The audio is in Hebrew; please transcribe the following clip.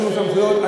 נתנו סמכויות.